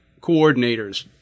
coordinators